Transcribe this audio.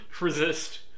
resist